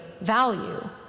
value